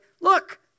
Look